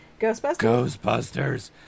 Ghostbusters